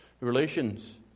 relations